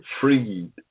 freed